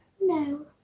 No